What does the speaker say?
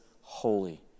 holy